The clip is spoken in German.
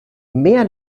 mehr